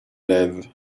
live